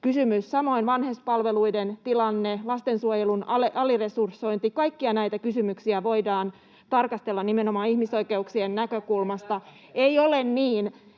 samoin vanhuspalveluiden tilanne, lastensuojelun aliresursointi. Kaikkia näitä kysymyksiä voidaan tarkastella nimenomaan ihmisoikeuksien näkökulmasta. [Leena